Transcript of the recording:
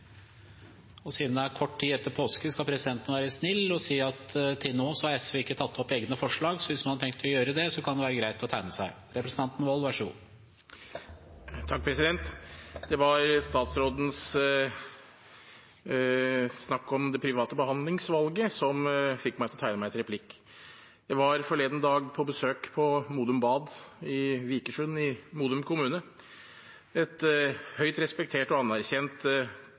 Siden det er kort tid etter påske, skal presidenten være snill og si at til nå har SV ikke tatt opp egne forslag, så hvis man har tenkt til å gjøre det, kan det være greit å tegne seg. Det var statsrådens snakk om det private behandlingsvalget som fikk meg til å tegne meg til replikk. Jeg var forleden dag på besøk på Modum Bad i Vikersund i Modum kommune. Det er et høyt respektert og anerkjent